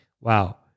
wow